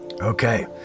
okay